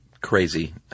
crazy